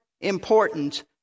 important